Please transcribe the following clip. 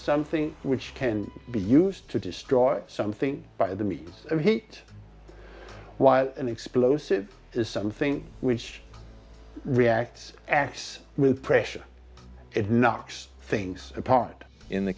something which can be used to destroy something by the meat and heat while an explosive is something which reacts acts with pressure it knocks things apart in the